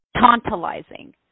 tantalizing